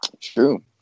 true